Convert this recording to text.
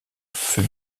fut